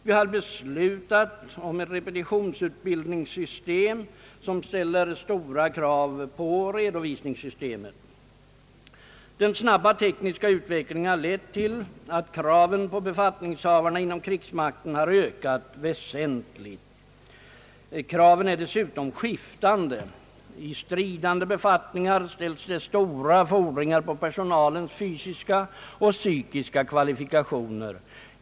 Vi har beslutat om ett repetitionsutbildningssystem, som ställer stora krav på redovisningssystemet. har lett till att kraven på befattningshavarna inom krigsmakten har ökat väsentligt. Kraven är dessutom skiftande. I stridande befattningar ställs det stora fordringar på personalens fysiska och psykiska kvalifikationer.